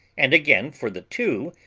and again for the two,